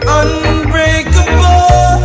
unbreakable